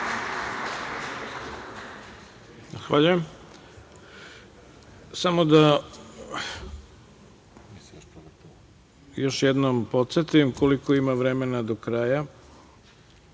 Zahvaljujem. Samo da još jednom podsetim koliko ima vremena do kraja,